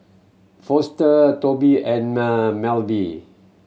Foster Tobi and